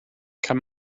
kann